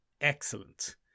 excellent